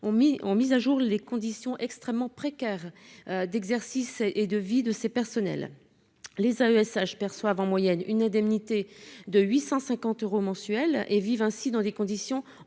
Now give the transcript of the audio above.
mise à jour les conditions extrêmement précaires d'exercices et de vie de ces personnels, les AESH perçoivent en moyenne une indemnité de 850 euros mensuels et vivent ainsi dans des conditions